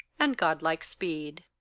and godlike speed.